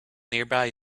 nearby